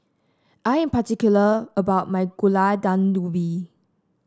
I am particular about my Gulai Daun Ubi